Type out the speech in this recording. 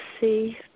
see